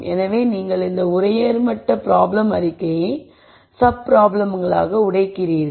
எனவே நீங்கள் இந்த உயர் மட்ட ப்ராப்ளம் அறிக்கையை சப் ப்ராப்ளம்களாக உடைக்கிறீர்கள்